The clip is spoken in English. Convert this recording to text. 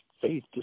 faith